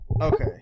Okay